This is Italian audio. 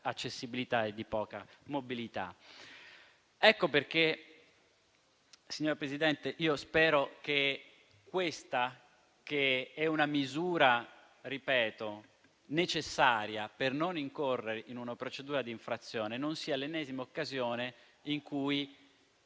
accessibilità e di poca mobilità. Ecco perché, signor Presidente, spero che questa, che è una misura necessaria per non incorrere in una procedura di infrazione, non sia l'ennesima occasione in cui